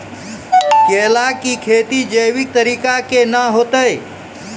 केला की खेती जैविक तरीका के ना होते?